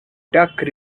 duck